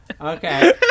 Okay